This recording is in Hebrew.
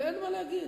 ואין מה להגיד.